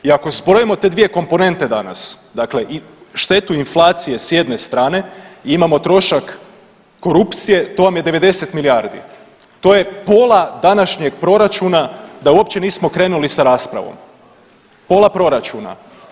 I ako zbrojimo te dvije komponente danas, dakle i štetu inflacije s jedne strane imamo trošak korupcije to vam je 90 milijardi, to je pola današnjeg proračuna da uopće nismo krenuli sa raspravom, pola proračuna.